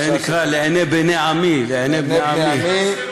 זה נקרא לעיני בני עמי, לעיני בני עמי.